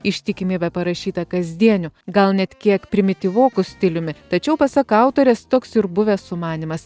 ištikimybė parašyta kasdieniu gal net kiek primityvoku stiliumi tačiau pasak autorės toks ir buvęs sumanymas